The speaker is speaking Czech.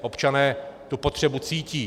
Občané tu potřebu cítí.